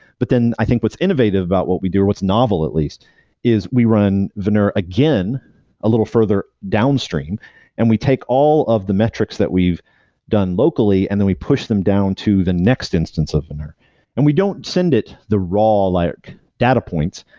but then i think what's innovative about what we do or what's novel at least is we run veneur again a little further downstream and we take all of the metrics that we've done locally and then we push them down to the next instance of veneur and we don't send it the raw like data points,